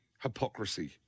hypocrisy